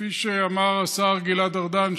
כפי שאמר השר גלעד ארדן,